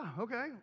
okay